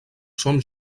són